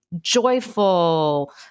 joyful